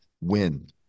win